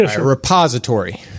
Repository